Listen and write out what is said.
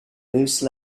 moose